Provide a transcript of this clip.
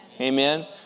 Amen